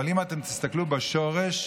אבל אם תסתכלו בשורש,